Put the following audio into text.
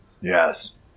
Yes